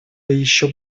еще